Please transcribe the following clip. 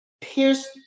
Pierce